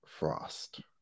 Frost